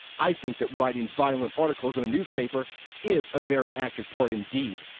i think that writing violent articles in a newspaper is a very active part indeed.